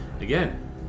again